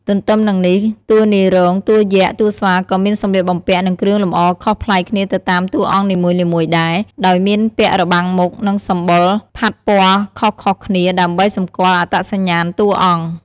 ទន្ទឹមនឹងនេះ តួនាយរោង តួយក្ស តួស្វាក៏មានសម្លៀកបំពាក់ និងគ្រឿងលម្អខុសប្លែកគ្នាទៅតាមតួអង្គនីមួយៗដែរ ដោយមានពាក់របាំងមុខ និងសម្បុរផាត់ពណ៌ខុសៗគ្នា ដើម្បីសម្គាល់អត្តសញ្ញាណតួអង្គ។